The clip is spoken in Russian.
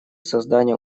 создание